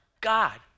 God